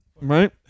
Right